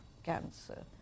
cancer